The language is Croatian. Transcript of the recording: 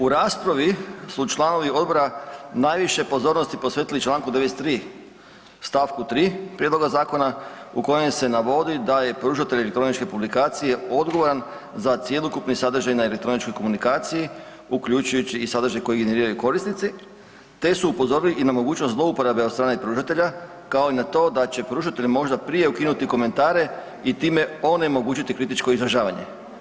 U raspravi su članovi Odbora najviše pozornosti posvetili čl. 93 st. 3 Prijedloga zakona, u kojem se navodi da je pružatelj elektroničke publikacije odgovoran za cjelokupni sadržaj na elektroničkoj komunikaciji, uključujući i sadržaj koji ... korisnici te su upozorili i na mogućnost zlouporabe od strane pružatelja kao i na to da će pružatelji možda prije ukinuti komentare i time onemogućiti kritičko izražavanje.